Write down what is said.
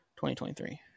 2023